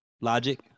Logic